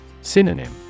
Synonym